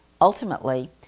ultimately